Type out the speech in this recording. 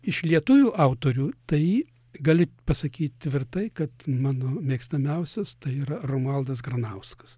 iš lietuvių autorių tai galiu pasakyt tvirtai kad mano mėgstamiausias tai yra romualdas granauskas